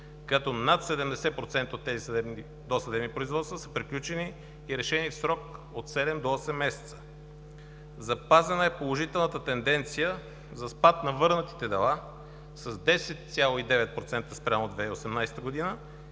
като над 70% от тези досъдебни производства са приключени и решени в срок от 7 до 8 месеца. Запазена е положителната тенденция за спад на върнатите дела с 10,9% спрямо 2018 г. и